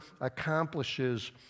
accomplishes